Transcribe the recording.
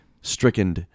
Stricken